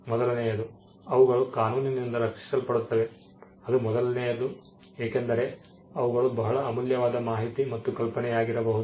ಮೊದಲನೆಯದು ಅವುಗಳು ಕಾನೂನಿನಿಂದ ರಕ್ಷಿಸಲ್ಪಡುತ್ತವೆ ಅದು ಮೊದಲನೆಯದು ಏಕೆಂದರೆ ಅವುಗಳು ಬಹಳ ಅಮೂಲ್ಯವಾದ ಮಾಹಿತಿ ಮತ್ತು ಕಲ್ಪನೆಯಾಗಿರಬಹುದು